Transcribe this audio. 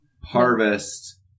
Harvest